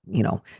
you know,